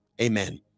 Amen